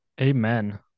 Amen